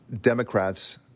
Democrats